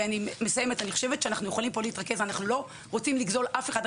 אנחנו לא רוצים לגזול אף אחד.